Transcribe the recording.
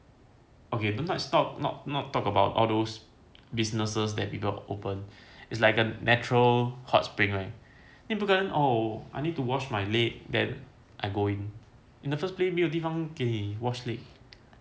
okay do not stop not not talk about all those businesses that people open it's like a natural hot spring leh 你不可能 oh I need to wash my leg then I go in in the first place 没有地方给你 wash leg